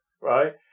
right